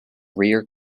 rear